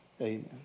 Amen